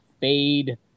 fade